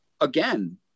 again